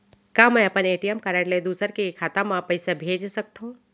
का मैं अपन ए.टी.एम कारड ले दूसर के खाता म पइसा भेज सकथव?